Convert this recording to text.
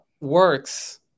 works